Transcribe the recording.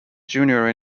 junior